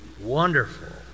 wonderful